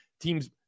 Teams